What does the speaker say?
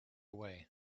way